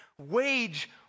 wage